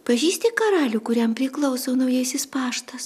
pažįsti karalių kuriam priklauso naujasis paštas